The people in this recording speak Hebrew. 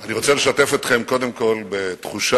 אני רוצה לשתף אתכם קודם כול בתחושה